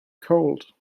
cold